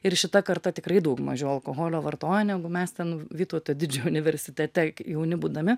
ir šita karta tikrai daug mažiau alkoholio vartoja negu mes ten vytauto didžiojo universitete jauni būdami